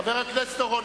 חבר הכנסת אורון,